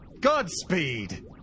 Godspeed